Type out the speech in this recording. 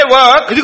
work